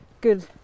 good